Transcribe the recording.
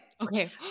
Okay